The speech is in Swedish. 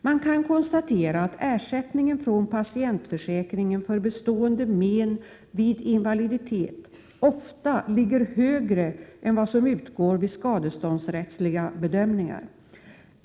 Man kan konstatera att ersättningen från patientförsäkringen för bestående men vid invaliditet ofta ligger högre än vad som utgår enligt skadeståndsrättsliga bedömningar.